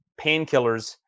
painkillers